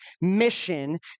mission